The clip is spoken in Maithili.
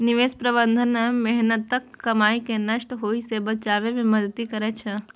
निवेश प्रबंधन मेहनतक कमाई कें नष्ट होइ सं बचबै मे मदति करै छै